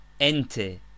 Ente